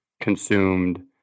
consumed